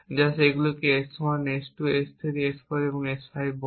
যা সেগুলিকে S 1 S 2 S 3 S 4 S 5 বলে